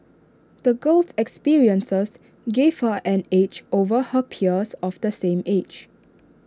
the girl's experiences gave her an edge over her peers of the same age